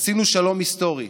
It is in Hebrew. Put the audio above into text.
עשינו שלום היסטורי.